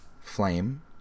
flame